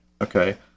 Okay